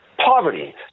poverty